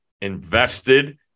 invested